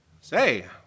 Say